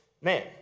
man